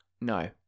No